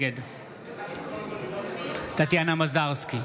נגד טטיאנה מזרסקי,